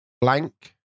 blank